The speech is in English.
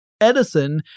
Edison